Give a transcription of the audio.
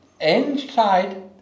Inside